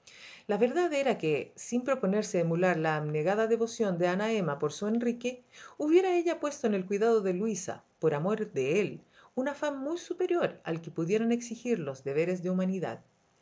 la verdad era que sin proponerse emular la abnegada devoción de ana emma por su enrique hubiera ella puesto en el cuidado de luisa por amor de él un afán muy superior al que pudieran exigir los deberes de humanidad y